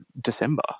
December